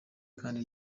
kandi